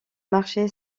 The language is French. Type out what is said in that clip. marché